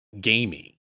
gamey